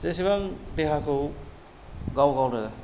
जेसेबां देहाखौ गाव गावनो